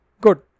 Good